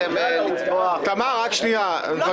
אין קואליציה, יש ממשלת מעבר.